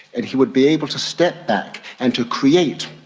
and he would be able to step back and to create,